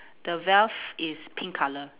the veil is pink color